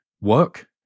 work